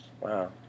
Wow